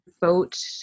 vote